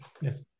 yes